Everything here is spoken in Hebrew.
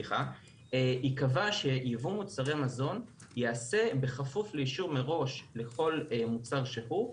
ייקבע שיבוא מוצרי מזון ייעשה בכפוף לאישור מראש לכל מוצר שהוא,